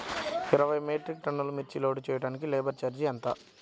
ఇరవై మెట్రిక్ టన్నులు మిర్చి లోడ్ చేయుటకు లేబర్ ఛార్జ్ ఎంత?